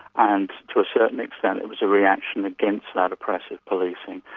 and, to a certain extent, it was a reaction against that oppressive policing.